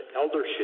eldership